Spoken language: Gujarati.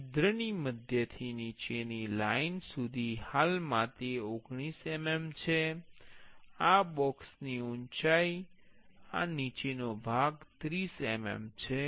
છિદ્રની મધ્યથી નીચેની લાઇન સુધી હાલમાં તે 19 mm છે આ બોક્સ ની ઉંચાઈ આ નીચેનો ભાગ 30 mm છે